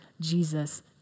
Jesus